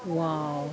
!wow!